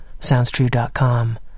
SoundsTrue.com